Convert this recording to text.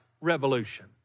revolution